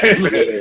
Amen